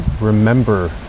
remember